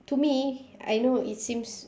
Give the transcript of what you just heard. to me I know it seems